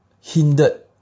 hindered